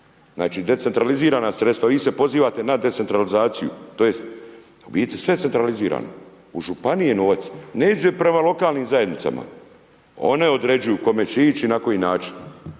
Znači decentralizirana sredstva. Vi se pozivate na decentralizaciju, tj. u biti sve je centralizirano. U županiji je novac, ne ide prema lokalnim zajednicama, one određuju kome će ići i na koji način.